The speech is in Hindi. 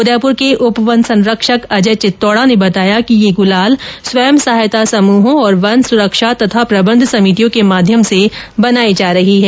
उदयपुर के उप वन संरक्षक अजय चित्तौडा ने बताया कि ये गुलाल स्वयं सहायता समृहों और वन सुरक्षा तथा प्रबंध समितियों के माध्यम से बनाई जा रही है